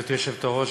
גברתי היושבת-ראש,